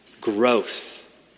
growth